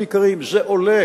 התאגידים, זה לא החלק העיקרי.